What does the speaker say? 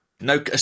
no